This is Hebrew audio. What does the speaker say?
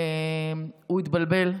הוא התבלבל.